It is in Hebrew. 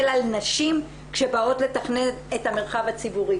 על נשים כשבאות לתכנן את המרחב הציבורי.